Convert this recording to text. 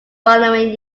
following